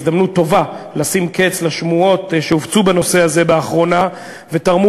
הזדמנות טובה לשים קץ לשמועות שהופצו בנושא הזה באחרונה ותרמו